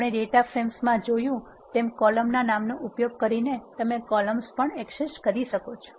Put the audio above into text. આપણે ડેટા ફ્રેમ્સમાં જોયું તેમ કોલમનાં નામનો ઉપયોગ કરીને તમે કોલમ્સ પણ એક્સેસ કરી શકો છો